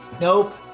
Nope